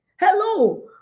hello